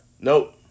Nope